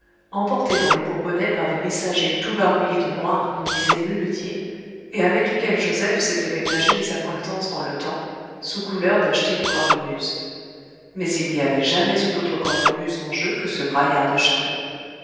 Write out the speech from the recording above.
emporté dans le bourbonnais par des messagers tout barbouillés de noir qu'on disait muletiers et avec lesquels joseph s'était ménagé des accointances dans le temps sous couleur d'acheter une cornemuse mais il n'y avait jamais eu d'autre cornemuse en jeu que ce braillard de charlot